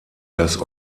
das